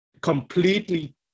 completely